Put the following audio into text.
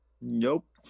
Nope